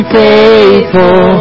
faithful